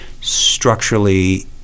structurally